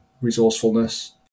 resourcefulness